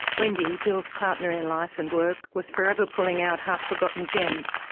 wendy, bill's partner in life and work, was forever pulling out half-forgotten gems,